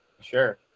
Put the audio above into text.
Sure